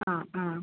ആ ആ